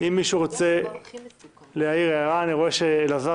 ואם מישהו רוצה להעיר הערה אני רואה שאלעזר